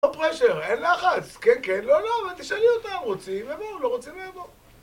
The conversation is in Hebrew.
לא פרשר, אין לחץ, כן, כן, לא, לא, ותשאלי אותם, רוצים לבוא או לא רוצים לבוא